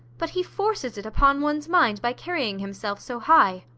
but he forces it upon one's mind by carrying himself so high.